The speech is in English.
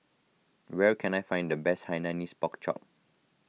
where can I find the best Hainanese Pork Chop